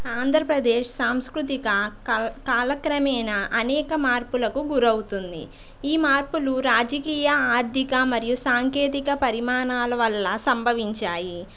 ఆంధ్రప్రదేశ్ సాంస్కృతిక కల్ కాలక్రమేణ అనేక మార్పులకు గురవుతుంది ఈ మార్పులు రాజకీయ ఆర్థిక మరియు సాంకేతిక పరిమాణాల వల్ల సంభవించాయి